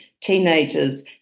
teenagers